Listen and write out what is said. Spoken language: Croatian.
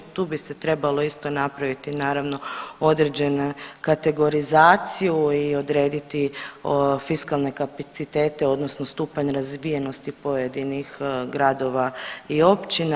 Tu bi se trebalo isto napraviti naravno određene kategorizaciju i odrediti fiskalne kapacitete odnosno stupanj razvijenosti pojedinih gradova i općina.